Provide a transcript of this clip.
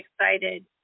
excited